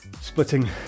splitting